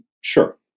sure